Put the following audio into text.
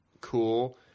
cool